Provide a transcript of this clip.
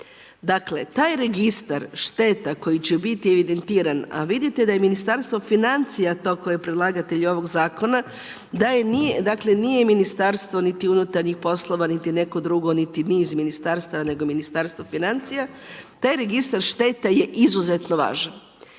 Dakle, taj registar šteta koji će biti evidentiran, a vidite da je Ministarstvo financija to koje je predlagatelj ovog Zakona, dakle nije Ministarstvo niti unutarnjih poslova, niti neko drugo, niti niz ministarstava nego Ministarstvo financija. Taj registar šteta je izuzetno važan.